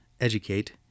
educate